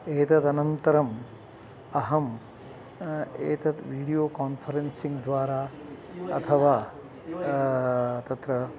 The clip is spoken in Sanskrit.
एतदनन्तरम् अहम् एतत् वीडियो कान्फ़रेन्सिङ्ग् द्वारा अथवा तत्र